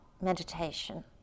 meditation